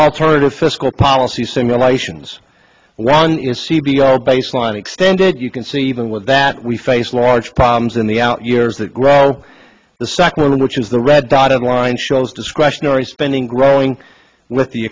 alternative fiscal policy simulations one is c b r baseline extended you can see even with that we face large problems in the out years that the second one which is the red dotted line shows discretionary spending growing with the